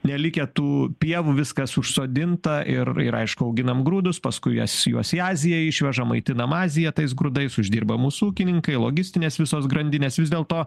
nelikę tų pievų viskas užsodinta ir ir aišku auginam grūdus paskui jas juos į aziją išvežam maitinam aziją tais grūdais uždirba mūsų ūkininkai logistinės visos grandinės vis dėlto